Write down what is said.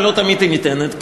ולא תמיד היא ניתנת,